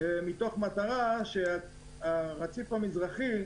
מתוך מטרה שהרציף המזרחי,